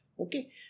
Okay